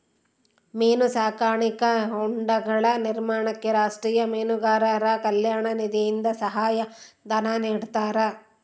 ಮೀನು ಸಾಕಾಣಿಕಾ ಹೊಂಡಗಳ ನಿರ್ಮಾಣಕ್ಕೆ ರಾಷ್ಟೀಯ ಮೀನುಗಾರರ ಕಲ್ಯಾಣ ನಿಧಿಯಿಂದ ಸಹಾಯ ಧನ ನಿಡ್ತಾರಾ?